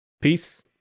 Peace